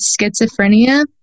schizophrenia